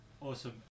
Awesome